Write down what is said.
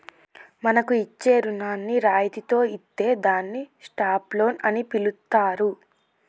మనకు ఇచ్చే రుణాన్ని రాయితితో ఇత్తే దాన్ని స్టాప్ లోన్ అని పిలుత్తారు